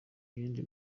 yindi